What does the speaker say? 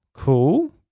Cool